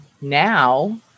now